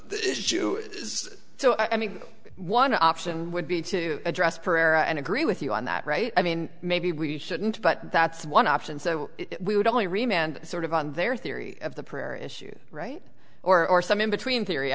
the issue is so i mean one option would be to address prayer and agree with you on that right i mean maybe we shouldn't but that's one option so we would only remained sort of on their theory of the prayer issue right or some in between theory